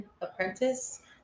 apprentice